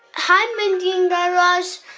hi, mindy and guy raz.